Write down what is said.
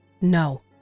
No